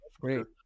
great